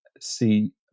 see